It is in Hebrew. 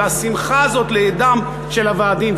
והשמחה הזאת לאידם של הוועדים,